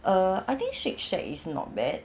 err I think shake shack is not bad